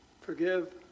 forgive